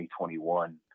2021